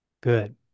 Good